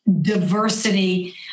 diversity